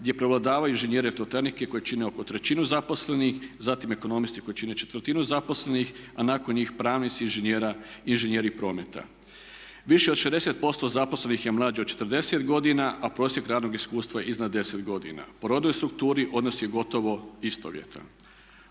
gdje prevladavaju inženjeri elektrotehnike koji čine oko trećinu zaposlenih, zatim ekonomisti koji čine četvrtinu zaposlenih a nakon njih pravnici i inženjeri prometa. Više od 60% zaposlenih je mlađe od 40 godina, a prosjek radnog iskustva je iznad 10 godina. Po rodnoj strukturi odnos je gotovo istovjetan.